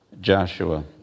Joshua